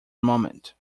moment